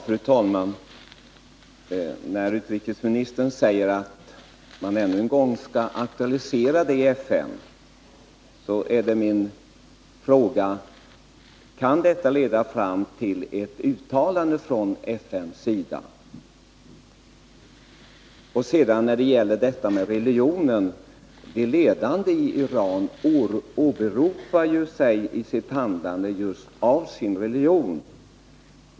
Fru talman! När utrikesministern säger att man ännu en gång skall aktualisera detta i FN, så är min fråga: Kan det leda fram till ett uttalande från FN:s sida? När det gäller detta med religionen vill jag erinra om att de ledande i Iran i sitt handlande åberopar sig just på sin religion.